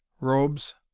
robes